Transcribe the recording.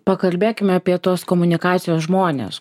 pakalbėkime apie tuos komunikacijos žmones